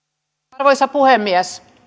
arvoisa puhemies